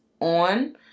on